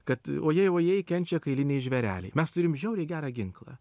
kad ojei ojei kenčia kailiniai žvėreliai mes turim žiauriai gerą ginklą